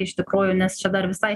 iš tikrųjų nes čia dar visai